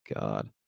God